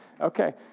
Okay